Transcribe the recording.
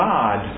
God